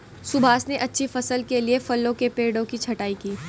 सुभाष ने अच्छी फसल के लिए फलों के पेड़ों की छंटाई की